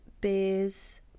beers